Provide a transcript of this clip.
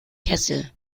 kessel